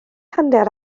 hanner